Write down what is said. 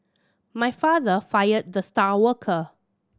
my father fired the star worker